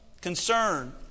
concern